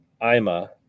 Ima